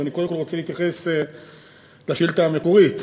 אז קודם כול אני רוצה להתייחס לשאילתה המקורית: